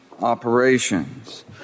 operations